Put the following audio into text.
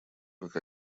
как